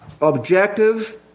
objective